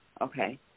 Okay